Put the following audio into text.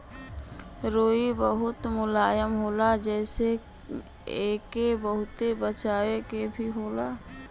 रुई बहुत मुलायम होला जेसे एके बहुते बचावे के भी होला